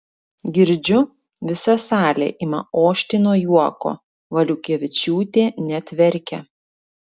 girdžiu visa salė ima ošti nuo juoko valiukevičiūtė net verkia